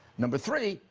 number three,